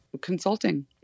consulting